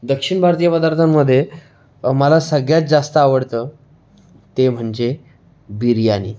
दक्षिण भारतीय पदार्थांमध्ये मला सगळ्यात जास्त आवडतं ते म्हणजे बिर्याणी